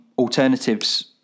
alternatives